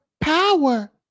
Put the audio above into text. power